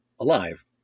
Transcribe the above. alive